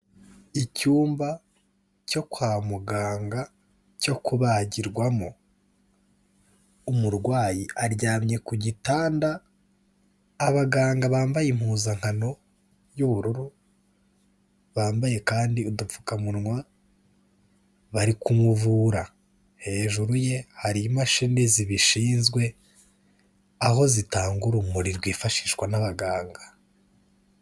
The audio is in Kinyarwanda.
Icyumba cyo kwa muganga cyo kubagirwamo, umurwayi aryamye ku gitanda, abaganga bambaye impuzankano y'ubururu bambaye kandi udupfukamunwa bari kumuvura, hejuru ye hari imashini zibishinzwe aho zitanga urumuri rwifashishwa n'abaganga.